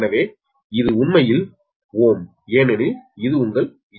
எனவே இது உண்மையில் ஓம் ஏனெனில் இது உங்கள் ZB old